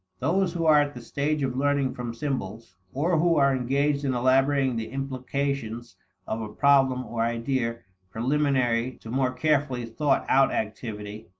those who are at the stage of learning from symbols, or who are engaged in elaborating the implications of a problem or idea preliminary to more carefully thought-out activity,